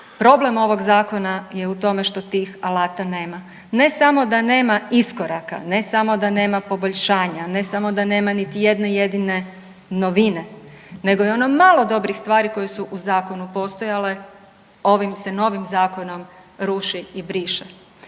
Problem ovog zakona je u tome što tih alata nema. Ne samo da nema iskoraka, ne samo da nema poboljšanja, ne samo da nema niti jedne jedine novine, nego je ono malo dobrih stvari koje su u zakonu postojale ovim se novim zakonom ruše i briše.